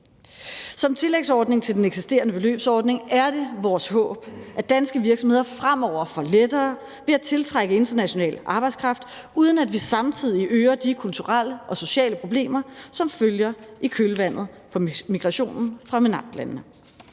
Som tillægsordning til den eksisterende beløbsordning er det vores håb, at danske virksomheder fremover får lettere ved at tiltrække international arbejdskraft, uden at vi samtidig øger de kulturelle og sociale problemer, som følger i kølvandet på migrationen fra MENAPT-landene.